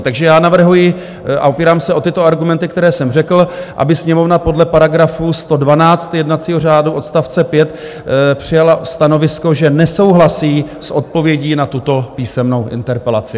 Takže já navrhuji a opírám se o tyto argumenty, které jsem řekl, aby Sněmovna podle § 112 jednacího řádu odst. 5 přijala stanovisko, že nesouhlasí s odpovědí na tuto písemnou interpelaci.